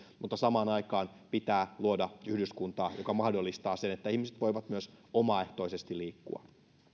mutta samaan aikaan pitää luoda yhdyskuntaa joka mahdollistaa sen että ihmiset voivat myös omaehtoisesti liikkua